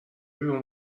بیرون